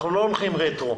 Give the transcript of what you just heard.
אנחנו לא הולכים רטרו.